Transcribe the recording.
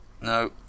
No